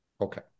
Okay